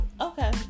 Okay